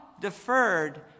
deferred